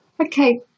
Okay